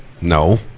No